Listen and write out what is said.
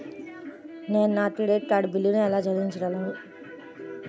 నేను నా credit card బిల్లును ఎలా చెల్లించగలను?